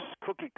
cookie